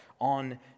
on